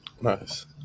nice